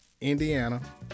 Indiana